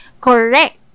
correct